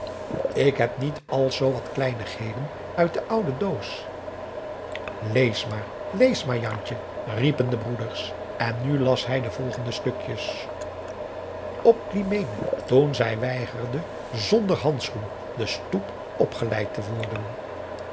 ik heb niet als zoo wat kleinigheden uit de oude doos lees maar lees maar jantje riepen de broeders en nu las hij de volgende stukjes adriaan loosjes pzn het leven van johannes wouter blommesteyn op climene toen zij weigerde zonder handschoen de stoep op geleid te worden